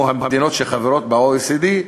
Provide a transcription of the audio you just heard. כמו המדינות שחברות ב-OECD,